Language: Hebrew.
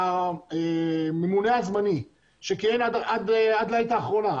הממונה הזמני שכיהן עד העת האחרונה,